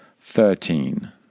thirteen